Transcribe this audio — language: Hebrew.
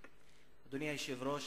אדוני היושב-ראש,